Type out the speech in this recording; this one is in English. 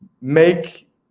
make